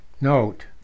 Note